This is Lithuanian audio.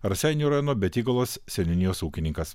raseinių rajono betygalos seniūnijos ūkininkas